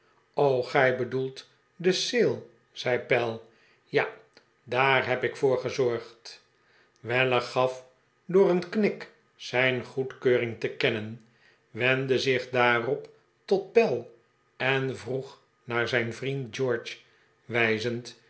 gij bedoelt de ceel zei pell ja daar heb ik voor gezorgd weller gaf door een knik zijn goedkeuring te kennen wendde zich daarop tot pell en vroeg naar zijn vriend george wij